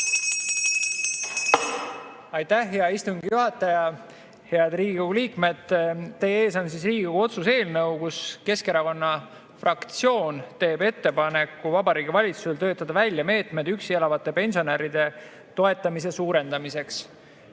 Aitäh, hea istungi juhataja! Head Riigikogu liikmed! Teie ees on Riigikogu otsuse eelnõu, kus Keskerakonna fraktsioon teeb ettepaneku Vabariigi Valitsusele töötada välja meetmed üksi elavate pensionäride toetamise suurendamiseks. Täna